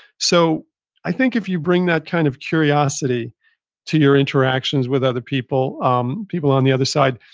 so i think if you bring that kind of curiosity to your interactions with other people, um people on the other side,